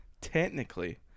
technically